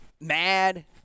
mad